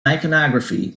iconography